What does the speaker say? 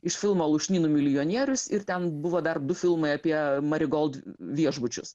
iš filmo lūšnynų milijonierius ir ten buvo dar du filmai apie mari gold viešbučius